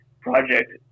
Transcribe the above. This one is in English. project